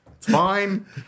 fine